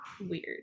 weird